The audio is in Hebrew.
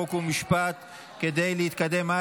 חוק ומשפט נתקבלה.